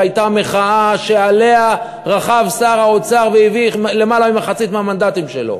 אחרי שהייתה מחאה שעליה רכב שר האוצר והביא למעלה ממחצית מהמנדטים שלו,